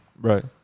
Right